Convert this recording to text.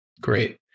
Great